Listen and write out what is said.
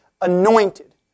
anointed